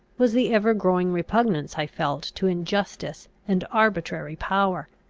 was the ever-growing repugnance i felt to injustice and arbitrary power.